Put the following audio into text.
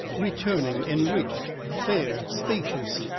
returning enriched, fair, spacious,